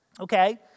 Okay